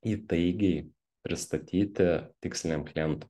įtaigiai pristatyti tiksliniam klientui